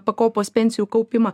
pakopos pensijų kaupimą